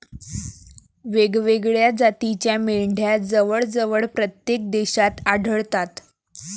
वेगवेगळ्या जातीच्या मेंढ्या जवळजवळ प्रत्येक देशात आढळतात